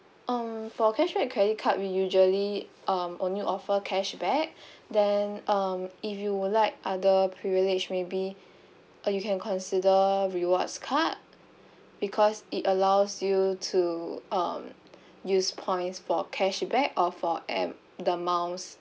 um for cashback credit card we usually um only offer cashback then um if you would like other privilege maybe you can consider rewards card because it allows you to um use points for cashback or for M the miles